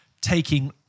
taking